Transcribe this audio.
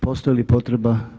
Postoji li potreba?